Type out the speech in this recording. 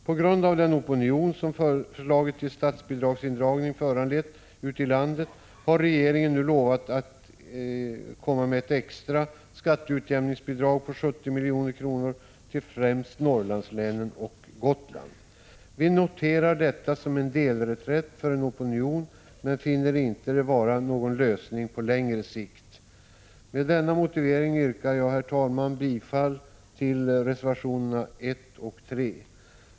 På grund av den opinion som förslaget till statsbidragsindragning föranlett ute i landet har regeringen nu utlovat ett extra skatteutjämningsbidrag på 70 milj.kr. till främst Norrlandslänen och Gotland. Vi noterar detta som en delreträtt för en opinion, men finner inte att det är någon lösning på längre sikt. Med denna motivering yrkar jag, herr talman, bifall till reservationerna 1 och 3.